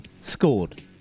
scored